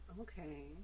okay